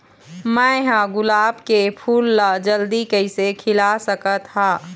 मैं ह गुलाब के फूल ला जल्दी कइसे खिला सकथ हा?